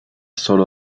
solo